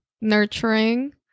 nurturing